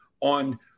on –